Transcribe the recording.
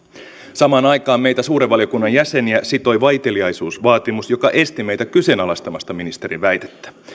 samaan aikaan meitä suuren valiokunnan jäseniä sitoi vaiteliaisuusvaatimus joka esti meitä kyseenalaistamasta ministerin väitettä